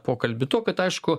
pokalbį tuo kad aišku